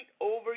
over